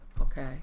okay